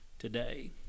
today